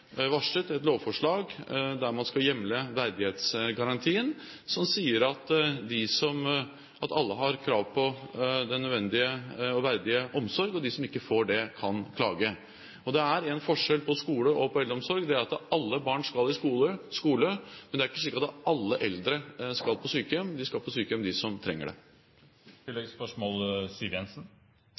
varslet et lovforslag der man skal hjemle verdighetsgarantien, som sier at alle har krav på en nødvendig og verdig omsorg. Og de som ikke får det, kan klage. Det er én forskjell på skole og eldreomsorg, og det er at alle barn skal i skole, men det er ikke slik at alle eldre skal på sykehjem – de skal på sykehjem de som trenger det.